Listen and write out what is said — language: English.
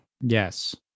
Yes